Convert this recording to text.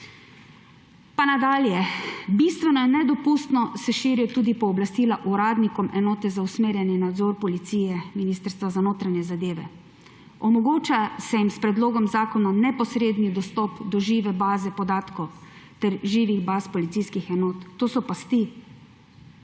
Nadalje. Bistveno in nedopustno se širijo tudi pooblastila uradnikom enote za usmerjanje in nadzor policije Ministrstva za notranje zadeve. S predlogom zakona se jim omogoča neposredni dostop do žive baze podatkov ter živih baz policijskih enot. To so pasti,